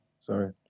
Sorry